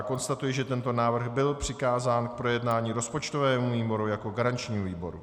Konstatuji, že tento návrh byl přikázán k projednání rozpočtovému výboru jako garančnímu výboru.